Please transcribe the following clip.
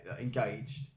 engaged